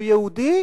הוא יהודי.